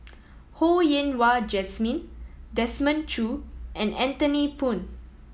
Ho Yen Wah Jesmine Desmond Choo and Anthony Poon